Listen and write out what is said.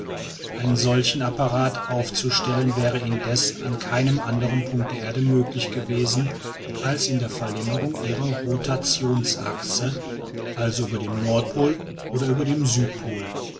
einen solchen apparat aufzustellen wäre indessen an keinem anderen punkte der erde möglich gewesen als in der verlängerung ihrer rotationsachse also über dem nordpol oder über dem südpol